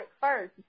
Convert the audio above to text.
first